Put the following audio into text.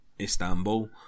Istanbul